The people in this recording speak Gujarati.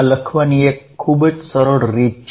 આ લખવાની આ ખૂબ જ સરળ રીત છે